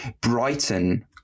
Brighton